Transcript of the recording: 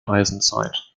eisenzeit